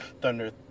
Thunder